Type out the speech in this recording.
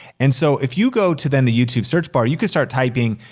and so, if you go to then the youtube search bar, you can start typing.